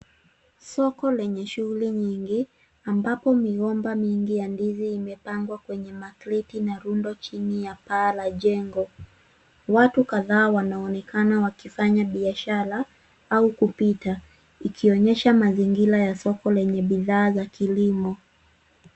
Soko lenye shughuli nyingi, ambapo migomba mingi ya ndizi imepangwa kwenye makreti, na rundo chini ya paa la jengo. Watu kadhaa wanaonekana wakifanya biashara, au kupita, ikionyesha mazingira ya soko lenye bidhaa za kilimo.